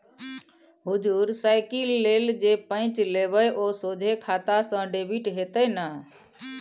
हुजुर साइकिल लेल जे पैंच लेबय ओ सोझे खाता सँ डेबिट हेतेय न